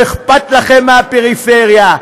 לא אכפת לכם מהפריפריה.